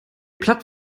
platt